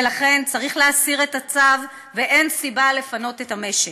ולכן צריך להסיר את הצו ואין סיבה לפנות את המשק.